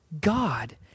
God